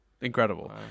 incredible